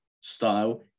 style